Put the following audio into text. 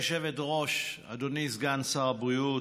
גברתי היושבת-ראש, אדוני סגן שר הבריאות,